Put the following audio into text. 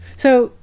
so,